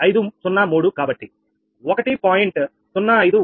503 కాబట్టి 1